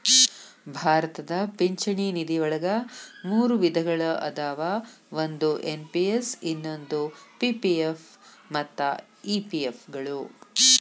ಭಾರತದ ಪಿಂಚಣಿ ನಿಧಿವಳಗ ಮೂರು ವಿಧಗಳ ಅದಾವ ಒಂದು ಎನ್.ಪಿ.ಎಸ್ ಇನ್ನೊಂದು ಪಿ.ಪಿ.ಎಫ್ ಮತ್ತ ಇ.ಪಿ.ಎಫ್ ಗಳು